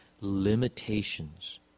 limitations